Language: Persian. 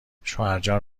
شوهرجان